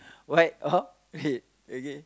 right or ahead okay